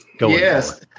Yes